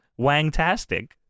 Wangtastic